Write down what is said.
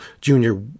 Junior